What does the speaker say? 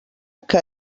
que